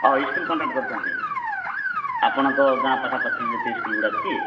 ଓ school contact କରୁଛନ୍ତି ଆପଣଙ୍କ ଗାଁ ପାଖାପାଖି ଯେତେ ସ୍କୁଲ୍ ଗୁଡ଼ା କି